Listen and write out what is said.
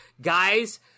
guys